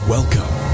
Welcome